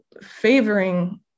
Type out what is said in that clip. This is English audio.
favoring